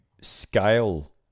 scale